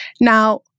Now